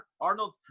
Arnold